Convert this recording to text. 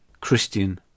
Christian